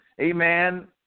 amen